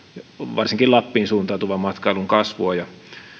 varsinkin lappiin suuntautuvan matkailun kasvua ja